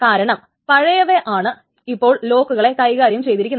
കാരണം പഴയവയാണ് ഇപ്പോൾ ലോക്കുകളെ കൈകാര്യം ചെയ്തിരിക്കുന്നത്